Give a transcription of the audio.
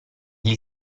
gli